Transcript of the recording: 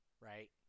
right